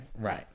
Right